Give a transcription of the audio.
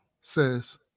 says